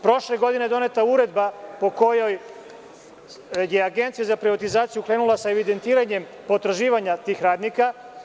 Prošle godine je doneta uredba po kojoj je Agencija za privatizaciju krenula sa evidentiranjem potraživanja tih radnika.